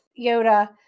Yoda